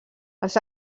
els